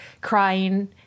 crying